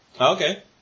Okay